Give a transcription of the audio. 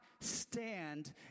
stand